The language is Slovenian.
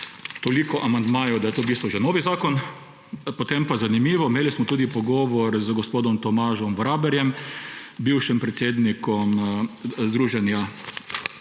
toliko amandmajev, da je to v bistvu že nov zakon. Zanimivo, imeli smo tudi pogovor z gospodom Tomažem Wraberjem, bivšim predsednikom združenja društev